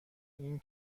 این